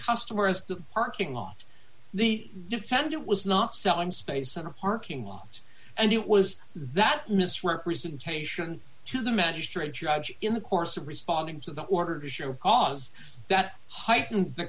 customer as the parking lot the defendant was not selling space center parking lot and it was that misrepresentation to the magistrate judge in the course of responding to the order to show cause that heightened the